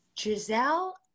Giselle